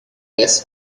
less